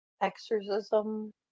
exorcism